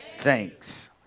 Thanks